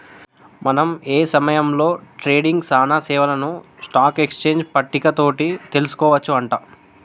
మనం ఏ సమయంలో ట్రేడింగ్ సానా సేవలను స్టాక్ ఎక్స్చేంజ్ పట్టిక తోటి తెలుసుకోవచ్చు అంట